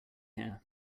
here